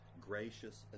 gracious